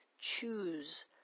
choose